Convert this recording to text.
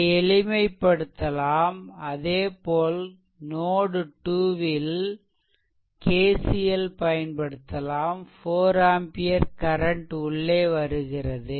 இதை எளிமைப்படுத்தலாம் அதேபோல் நோட் 2 ல் KCL பயன்படுத்தலாம் 4 ஆம்பியர் கரண்ட் உள்ளே வருகிறது